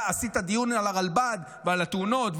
עשית דיון על הרלב"ד ועל התאונות,